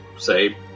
Say